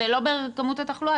זה לא כמות התחלואה,